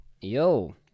Yo